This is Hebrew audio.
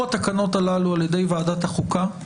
פלילי ומתן מענה לציבור מאוד מאוד גדול שהמתין לכניסת החוק לתוקף.